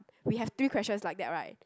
we have three questions like that right